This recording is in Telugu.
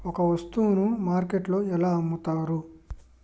ఒక వస్తువును మార్కెట్లో ఎలా అమ్ముతరు?